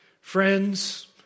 friends